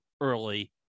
early